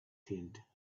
tent